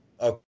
Okay